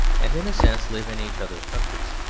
and, in a sense, live in each other's countries.